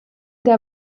der